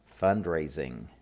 fundraising